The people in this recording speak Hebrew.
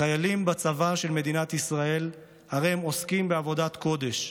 "חיילים בצבא של מדינת ישראל הרי הם עוסקים בעבודת קודש,